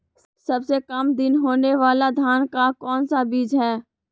सबसे काम दिन होने वाला धान का कौन सा बीज हैँ?